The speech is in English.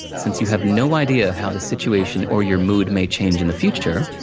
since you have no idea how the situation or your mood may change in the future,